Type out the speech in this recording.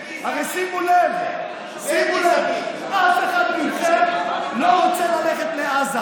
אבל שימו לב, אף אחד מכם לא רוצה ללכת לעזה,